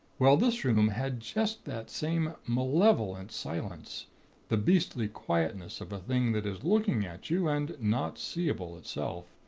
well, this room had just that same malevolent silence the beastly quietness of a thing that is looking at you and not seeable itself,